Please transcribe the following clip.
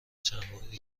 چندباری